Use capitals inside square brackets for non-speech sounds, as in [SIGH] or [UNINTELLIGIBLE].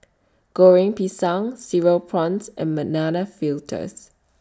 Goreng Pisang Cereal Prawns and [UNINTELLIGIBLE]